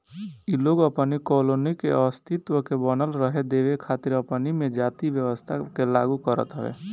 इ लोग अपनी कॉलोनी के अस्तित्व के बनल रहे देवे खातिर अपनी में जाति व्यवस्था के लागू करत हवे